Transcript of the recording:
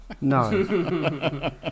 No